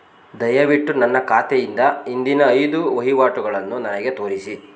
ದಯವಿಟ್ಟು ನನ್ನ ಖಾತೆಯಿಂದ ಹಿಂದಿನ ಐದು ವಹಿವಾಟುಗಳನ್ನು ನನಗೆ ತೋರಿಸಿ